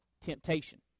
temptation